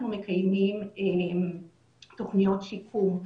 אנחנו מקיימים תוכניות שיקום,